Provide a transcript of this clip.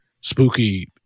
Spooky